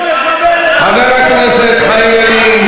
חבר הכנסת חיים ילין.